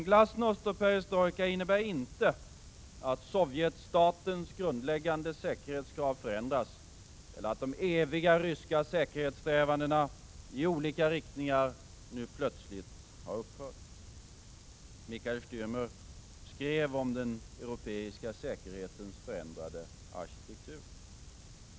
”Glasnost” och ”perestrojka” innebär dock inte att sovjetstatens grundläggande säkerhetskrav förändras eller att de eviga ryska säkerhetssträvandena i olika riktningar nu plötsligt har upphört. Michael Stärmer skrev om den europeiska säkerhetens förändrade arkitektur.